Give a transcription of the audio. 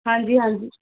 ਹਾਂਜੀ ਹਾਂਜੀ